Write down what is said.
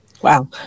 Wow